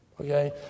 Okay